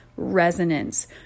resonance